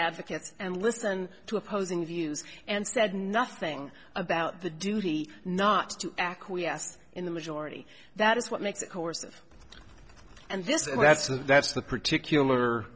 advocates and listen to opposing views and said nothing about the duty not to acquiesce in the majority that is what makes it coercive and this is a that's a that's the particular